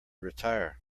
retire